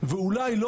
לי זה